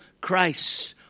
Christ